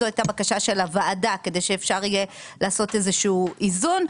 זו הייתה בקשה של הוועדה כדי שאפשר יהיה לעשות איזה שהוא איזון.